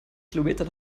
kilometern